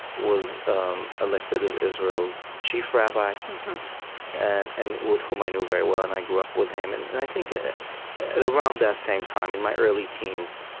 was elected as israel's chief rabbi and and whom i knew very well, and i grew up with him, and and i think, at around that same time in my early teens,